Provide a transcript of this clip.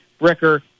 bricker